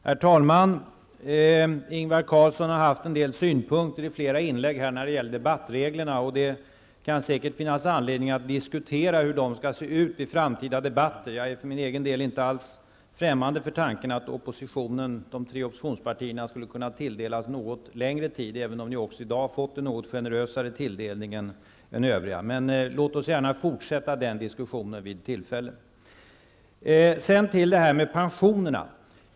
Herr talman! Ingvar Carlsson har i flera inlägg fört fram en del synpunkter när det gäller debattreglerna, och det kan säkert finnas anledning att diskutera hur de skall se ut vid framtida debatter. Jag är för min egen del inte alls främmande för tanken att de tre oppositionspartierna skulle kunna tilldelas något längre tid, även om ni också i dag har fått en något generösare tilldelning än övriga. Låt oss gärna fortsätta den diskussionen vid tillfälle. Sedan till frågan om pensionerna.